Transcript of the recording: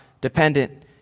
dependent